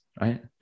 right